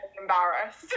embarrassed